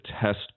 test